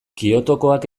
kyotokoak